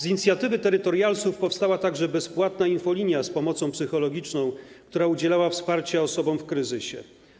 Z inicjatywy terytorialsów powstała także bezpłatna infolinia z pomocą psychologiczną, która udzielała wsparcia osobom w kryzysie.